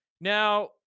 Now